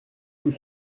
tout